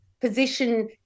position